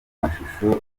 mashusho